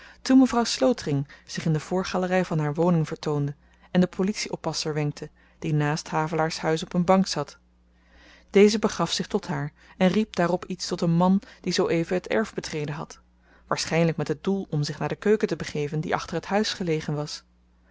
toen mevrouw slotering zich in de voorgalery van haar woning vertoonde en den politie-oppasser wenkte die naast havelaars huis op een bank zat deze begaf zich tot haar en riep daarop iets tot een man die zoo-even het erf betreden had waarschynlyk met het doel om zich naar de keuken te begeven die achter t huis gelegen was